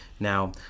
Now